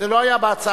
זה לא היה בסדר-היום.